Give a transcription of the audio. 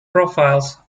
profiles